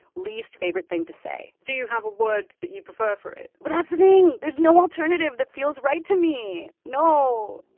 least favorite thing to say so do you have a word that you prefer for it? but that's the thing! there's no alternative that feels right to me. no